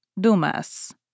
Dumas